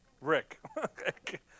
Rick